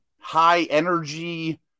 high-energy –